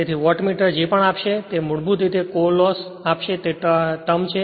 તેથી વોટમીટર જે પણ આપશે તે મૂળભૂત રીતે કોર લોસ આપશે જે તે ટર્મ છે